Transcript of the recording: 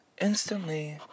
instantly